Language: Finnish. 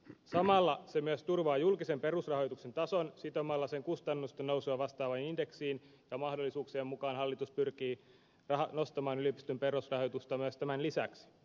samalla se myös turvaa julkisen perusrahoituksen tason sitomalla se kustannusten nousua vastaavaan indeksiin ja mahdollisuuksien mukaan hallitus pyrkii nostamaan yliopistojen perusrahoitusta myös tämän lisäksi